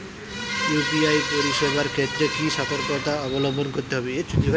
UPI পরিসেবার ক্ষেত্রে কি সতর্কতা অবলম্বন করতে হবে?